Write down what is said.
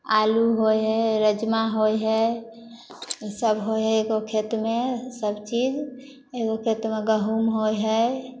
आलू होइ हइ राजमा होइ हइ ई सब होइ हइ तऽ खेतमे सब चीज एगो खेतमे गहूँम होइ हइ